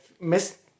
miss